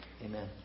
Amen